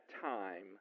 time